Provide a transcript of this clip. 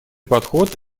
подход